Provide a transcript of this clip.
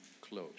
close